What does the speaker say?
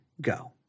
go